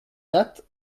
date